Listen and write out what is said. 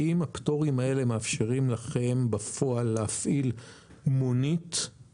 כאשר הפטורים יינתנו בהיבטים טכנולוגים